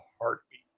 heartbeat